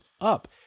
up